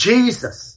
Jesus